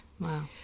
Wow